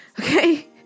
Okay